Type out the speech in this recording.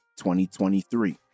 2023